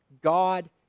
God